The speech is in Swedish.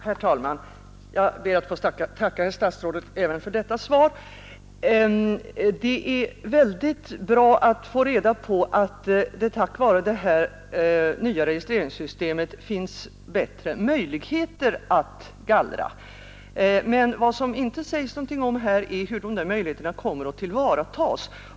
Herr talman! Jag ber att få tacka herr statsrådet även för detta svar. Det är väldigt bra att få reda på att det tack vare det nya registreringssystemet finns bättre möjligheter att gallra. Men vad som inte nämnts någonting om är hur de möjligheterna kommer att tillvaratas.